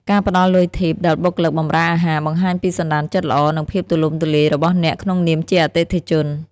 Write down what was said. ការផ្ដល់លុយ Tip ដល់បុគ្គលិកបម្រើអាហារ បង្ហាញពីសណ្ដានចិត្តល្អ និងភាពទូលំទូលាយរបស់អ្នកក្នុងនាមជាអតិថិជន។